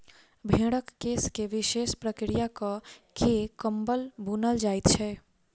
भेंड़क केश के विशेष प्रक्रिया क के कम्बल बुनल जाइत छै